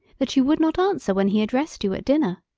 that you would not answer when he addressed you at dinner.